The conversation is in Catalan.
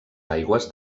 aigües